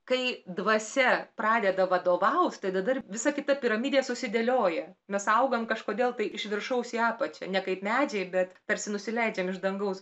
kai dvasia pradeda vadovaut tai tada ir visa kita piramidė susidėlioja mes augam kažkodėl tai iš viršaus į apačią ne kaip medžiai bet tarsi nusileidžiam iš dangaus